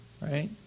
right